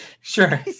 sure